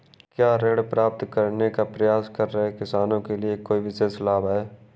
क्या ऋण प्राप्त करने का प्रयास कर रहे किसानों के लिए कोई विशेष लाभ हैं?